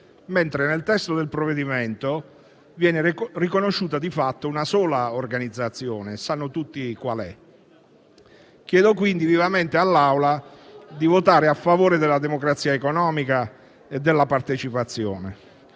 laddove nel testo del provvedimento viene riconosciuta, di fatto, una sola organizzazione, e sappiamo tutti qual è. Chiedo, quindi, vivamente all'Aula di votare a favore della democrazia economica e della partecipazione.